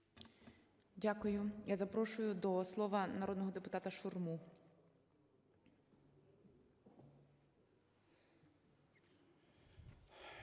Дякую. Я запрошую до слова народного депутата Шурму.